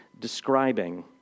describing